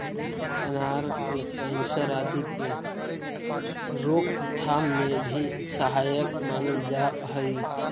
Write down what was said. अनार को कैंसर आदि के रोकथाम में भी सहायक मानल जा हई